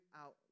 out